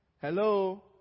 Hello